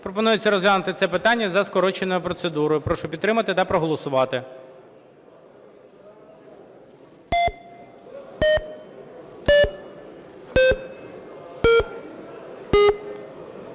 Пропонується розглянути це питання за скороченою процедурою. Прошу підтримати та проголосувати.